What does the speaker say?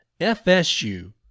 FSU